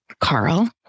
Carl